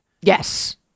Yes